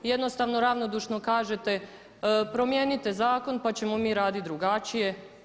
Jednostavno ravnodušno kažete promijenite zakon pa ćemo mi raditi drugačije.